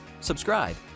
Subscribe